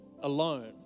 alone